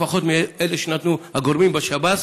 לפחות מהגורמים בשב"ס,